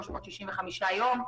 365 יום,